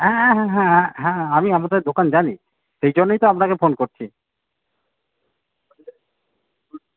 হ্যাঁ হ্যাঁ হ্যাঁ হ্যাঁ হ্যাঁ আমি আপনাদের দোকান জানি সেই জন্যেই তো আপনাকে ফোন করছি